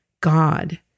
God